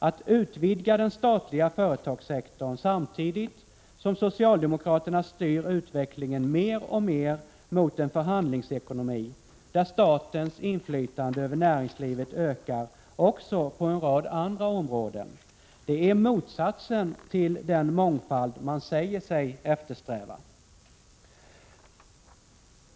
Att utvidga den statliga företagssektorn, samtidigt som socialdemokraterna styr utvecklingen mer och mer mot en förhandlingsekonomi, där statens inflytande över näringslivet ökar också på en rad andra områden, det är motsatsen till den mångfald man säger sig eftersträva.